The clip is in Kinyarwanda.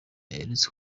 aherutse